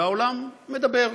והעולם מדבר,